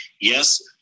yes